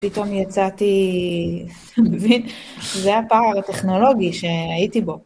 פתאום יצאתי, זה הפער הטכנולוגי שהייתי בו.